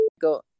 Go